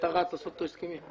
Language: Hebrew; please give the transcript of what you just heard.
שאתה רץ לעשות איתו הסכמים.